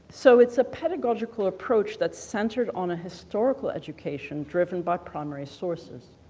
so it's a pedagogical approach that's centered on a historical education driven by primary sources.